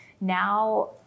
now